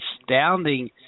astounding